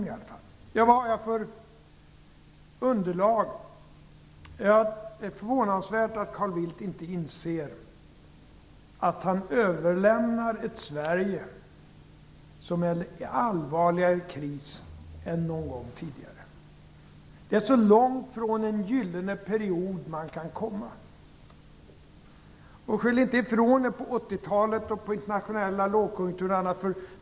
Vad gäller det underlag som jag har är det förvånansvärt att Carl Bildt inte inser att han överlämnar ett Sverige som är i allvarligare kris än någon gång tidigare. Det är så långt från en gyllene period som man kan komma. Skyll inte från er på 80 talet, på den internationella lågkonjunkturen och annat!